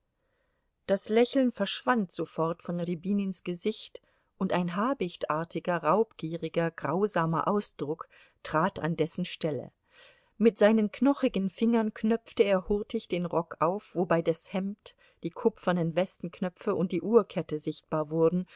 das lächeln verschwand sofort von rjabinins gesicht und ein habichtartiger raubgieriger grausamer ausdruck trat an dessen stelle mit seinen knochigen fingern knöpfte er hurtig den rock auf wobei das hemd die kupfernen westenknöpfe und die uhrkette sichtbar wurden